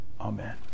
Amen